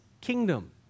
kingdom